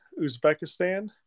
Uzbekistan